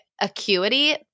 Acuity